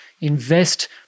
invest